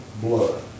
blood